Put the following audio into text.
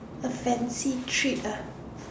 a fancy treat ah